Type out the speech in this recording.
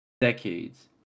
Decades